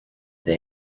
der